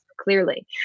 clearly